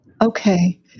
Okay